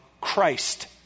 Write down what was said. Christ